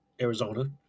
Arizona